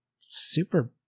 super